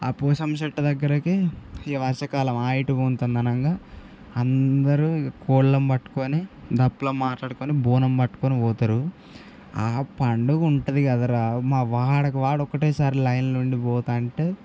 ఆ పోచమ్మ చెట్టు దగ్గరకి ఈ వర్షాకాలం హైట్గుంతనంగా అందరూ కోళ్ళని పట్టుకుని దప్పులం మాట్లాడుకుని బోనం పట్టుకుని పోతారు ఆ పండుగుంటుంది కదరా మా వాడకి వాడ ఒకటే సారి లైన్లోండి పోతు ఉంటే